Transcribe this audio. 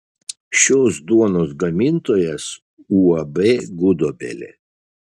šios duonos gamintojas uab gudobelė